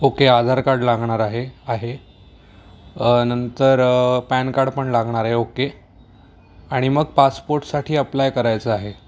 okay Aadhaar card लागणार आहे आहे नंतर पॅन कार्ड पण लागणारे ओके आणि मग पासपोर्टसाठी अप्लाय करायचं आहे